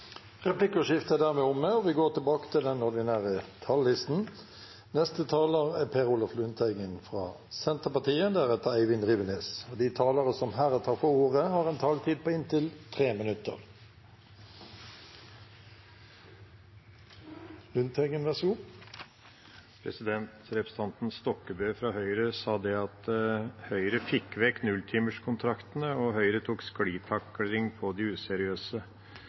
Replikkordskiftet er omme. De talere som heretter får ordet, har en taletid på inntil 3 minutter. Representanten Stokkebø fra Høyre sa at Høyre fikk vekk nulltimerskontraktene, og at Høyre tok sklitakling på de useriøse. Jeg tror nok det er behov for at representanten leser seg opp på hva som har skjedd tidligere, for det er ikke sant, det